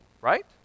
right